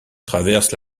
traversent